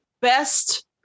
best